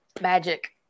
magic